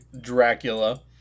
dracula